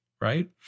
right